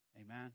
Amen